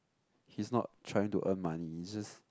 he's not trying to earn money he's just